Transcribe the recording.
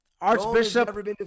Archbishop